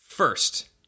First